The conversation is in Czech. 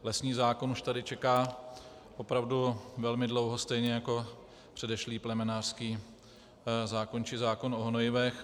Lesní zákon už tady čeká opravdu velmi dlouho, stejně jako předešlý plemenářský zákon či zákon o hnojivech.